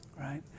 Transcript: right